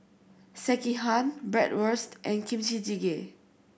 Sekihan Bratwurst and Kimchi Jjigae